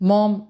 Mom